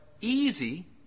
easy